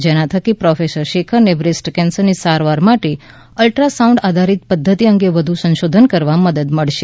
જેના થકી પ્રોફેસર શેખરને બ્રેસ્ટ કેન્સરની સારવાર માટે અલ્ટ્રા સાઉન્ડ આધારિત પદ્ધતિ અંગે વધુ સંશોધન કરવા મદદ મળશે